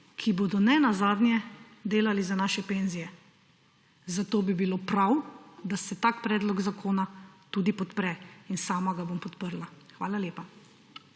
ki bodo nenazadnje delali za naše penzije. Zato bi bilo prav, da se tak predlog zakona tudi podpre. In sama ga bom podprla. Hvala lepa.